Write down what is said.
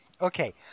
okay